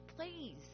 Please